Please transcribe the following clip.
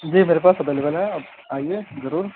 جی میرے پاس اویلیبل ہے آپ آئیے ضرور